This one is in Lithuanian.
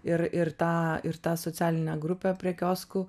ir ir tą ir tą socialinę grupę prie kioskų